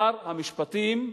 שר המשפטים,